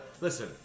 Listen